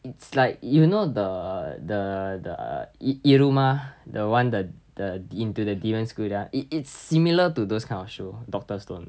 it's like you know the the the i~ iruma the one the into the demon school that one it it's similar to those kind of show doctor stone